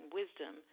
wisdom